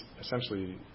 essentially